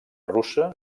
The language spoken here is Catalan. russa